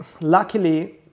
luckily